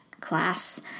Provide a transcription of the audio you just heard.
class